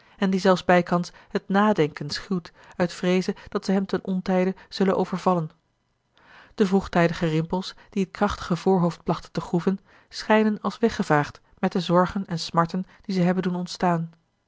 en die zelfs bijkans het nadenken schuwt uit vreeze dat ze hem ten ontijde zullen overvallen de vroegtijdige rimpels die het krachtige voorhoofd plachten te groeven schijnen als weggevaagd met de zorgen en smarten die ze hebben doen ontstaan